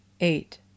Eight